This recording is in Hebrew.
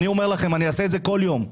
אני אומר לכם, אני אעשה את זה כל יום.